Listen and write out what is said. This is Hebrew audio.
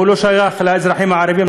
הוא לא שייך לאזרחים הערבים,